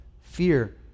fear